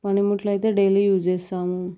పనిముట్లు అయితే daily use చేస్తాము